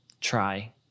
try